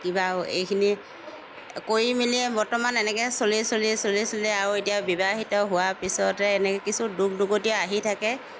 কিবা এইখিনি কৰি মেলিয়ে বৰ্তমান এনেকৈ চলি চলি চলি চলি আও এতিয়া বিবাহিত হোৱা পিছতে এনেই কিছু দুখ দুৰ্গতি আহি থাকে